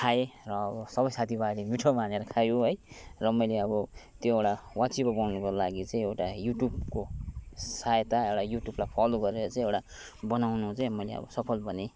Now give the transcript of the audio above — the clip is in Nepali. खाएँ र सबै साथी भाइहरूले मिठो मानेर खायो है र मैले अब त्यो एउटा वाचिपा बनाउनुको लागि चाहिँ एउटा युट्युबको सहायता एउटा युट्युबलाई फलो गरेर चै एउटा बनाउनु चाहिँ मैले अब सफल बनेँ